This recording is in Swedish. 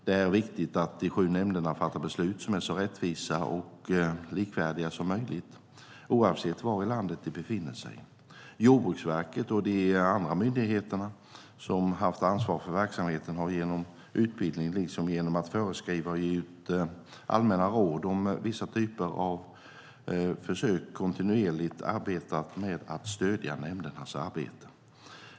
Det är viktigt att de sju nämnderna fattar beslut som är så rättvisa och likvärdiga som möjligt, oavsett var i landet de befinner sig. Jordbruksverket och de andra myndigheterna som haft ansvar för verksamheten har genom utbildning liksom genom att föreskriva och ge ut allmänna råd om vissa typer av försök kontinuerligt arbetat med att stödja nämndernas arbete.